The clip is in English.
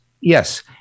Yes